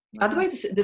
Otherwise